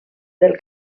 del